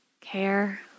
care